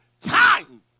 time